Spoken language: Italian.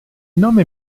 nome